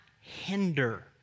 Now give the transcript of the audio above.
hinder